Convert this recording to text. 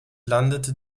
landete